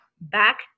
back